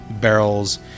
barrels